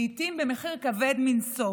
לעיתים במחיר כבד מנשוא,